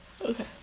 Okay